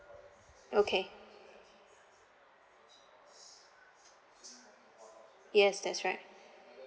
okay yes that's right